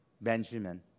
Benjamin